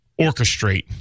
orchestrate